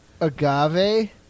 agave